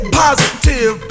positive